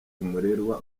umurerwa